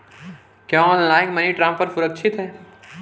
क्या online money transfer सुरक्षित है?